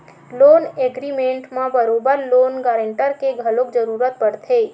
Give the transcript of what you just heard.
loan agreement म बरोबर loan guarantor के घलो जरुरत पड़थे